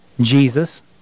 Jesus